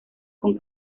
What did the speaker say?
con